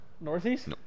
Northeast